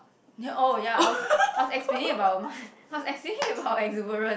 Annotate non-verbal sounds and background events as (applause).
oh ya I was I was explaining about (breath) I was explaining about exuberant